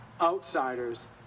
outsiders